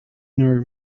nor